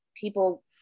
people